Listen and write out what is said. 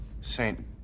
Saint